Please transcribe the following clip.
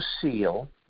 seal